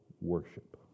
worship